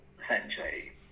essentially